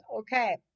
okay